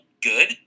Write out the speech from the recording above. good